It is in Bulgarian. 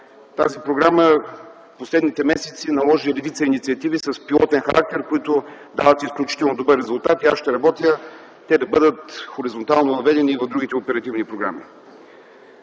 която през последните месеци наложи редица инициативи с пилотен характер, които дават изключително добър резултат и аз ще работа те да бъдат хоризонтално въведени и в другите оперативни програми.